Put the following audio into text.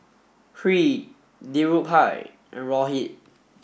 Hri Dhirubhai and Rohit